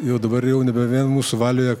jau dabar jau nebe vien mūsų valioje